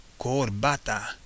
Corbata